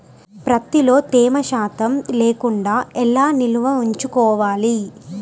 ప్రత్తిలో తేమ శాతం లేకుండా ఎలా నిల్వ ఉంచుకోవాలి?